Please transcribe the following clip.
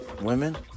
Women